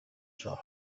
shop